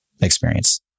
experience